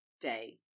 day